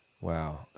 wow